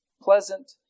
pleasant